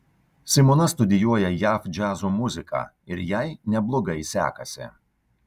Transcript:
simona studijuoja jav džiazo muziką ir jai neblogai sekasi